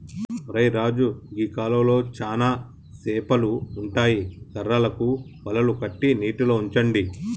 ఒరై రాజు గీ కాలువలో చానా సేపలు ఉంటాయి కర్రలకు వలలు కట్టి నీటిలో ఉంచండి